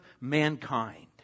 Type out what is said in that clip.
mankind